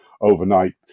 overnight